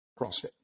CrossFit